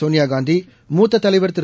சோனியாகாந்தி மூத்த தலைவர் திரு